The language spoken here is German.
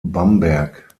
bamberg